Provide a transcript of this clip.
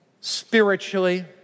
spiritually